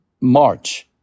March